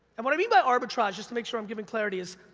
and what i mean by arbitrage, just to make sure i'm giving clarity is,